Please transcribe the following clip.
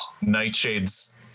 Nightshade's